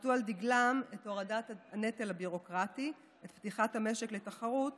חרתו על דגלם את הורדת הנטל הביורוקרטי ואת פתיחת המשק לתחרות